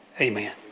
Amen